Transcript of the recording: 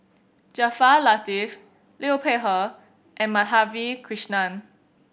Jaafar Latiff Liu Peihe and Madhavi Krishnan